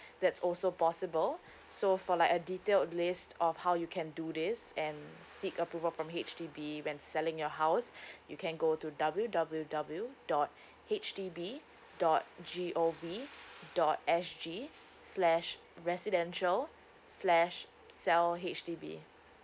that's also possible so for like a detailed lists of how you can do this and seek approval from H_D_B when selling your house you can go to W W W dot H D B dot G O V dot S G slash residential slash sell H_D_B